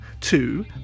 two